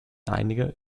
einige